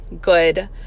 good